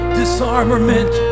disarmament